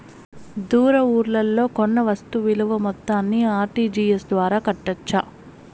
దూర ఊర్లలో కొన్న వస్తు విలువ మొత్తాన్ని ఆర్.టి.జి.ఎస్ ద్వారా కట్టొచ్చా?